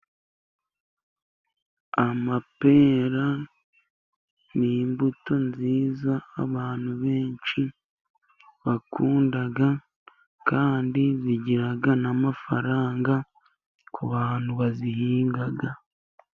Amapera ni imbuto nziza abantu benshi bakunda, kandi zigira n'amafaranga ku bantu bazihinga.